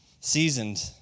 Seasoned